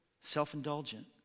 self-indulgent